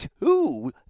two